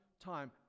time